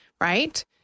right